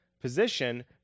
position